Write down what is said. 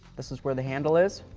this is where the handle is.